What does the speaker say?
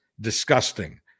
disgusting